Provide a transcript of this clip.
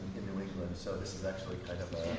in new england, so this is actually kind of a